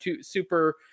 super